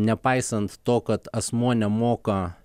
nepaisant to kad asmuo nemoka